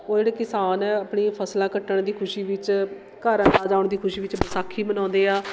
ਉਹ ਜਿਹੜੇ ਕਿਸਾਨ ਹੈ ਆਪਣੀ ਫਸਲਾਂ ਕੱਟਣ ਦੀ ਖੁਸ਼ੀ ਵਿੱਚ ਘਰ ਆ ਜਾਣ ਦੀ ਖੁਸ਼ੀ ਵਿੱਚ ਵਿਸਾਖੀ ਮਨਾਉਂਦੇ ਆ